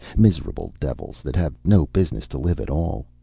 miserable devils that have no business to live at all.